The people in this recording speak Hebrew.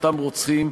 מאותם רוצחים,